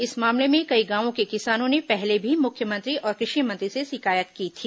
इस मामले में कई गांवों के किसानों ने पहले भी मुख्यमंत्री और कृषि मंत्री से शिकायत की थी